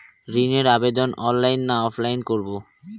ঋণের আবেদন অনলাইন না অফলাইনে করব?